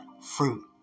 fruit